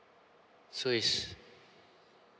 so is